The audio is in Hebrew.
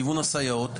לכיוון הסייעות,